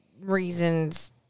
reasons